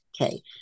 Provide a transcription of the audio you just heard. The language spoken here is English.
Okay